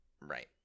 right